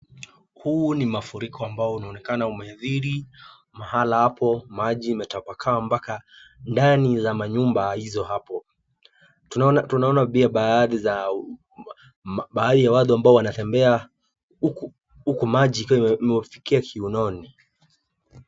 Huu ni mafuriko ambao unaonekana umedhiri mahala hapo maji imetapakaa, mpaka ndani la manyumba hizo hapo. Tunaona pia baadhi ya baadhi ya watu ambao wanatembea huku maji ikiwa imewafikia kiunoni.